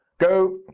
go,